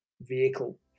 vehicle